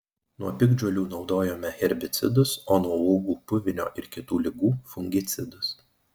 nuo piktžolių naudojome herbicidus o nuo uogų puvinio ir kitų ligų fungicidus